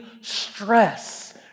stress